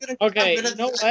Okay